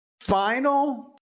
Final